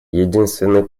единственный